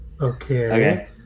Okay